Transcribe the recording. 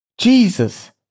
Jesus